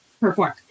perform